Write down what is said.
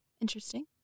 Interesting